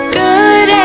good